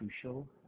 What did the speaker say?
crucial